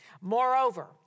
Moreover